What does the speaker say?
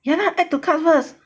ya lah add to carts first